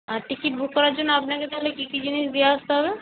আর ticket book করার জন্য আপনাকে তাহলে কী কী জিনিস দিয়ে আসতে হবে